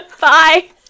Bye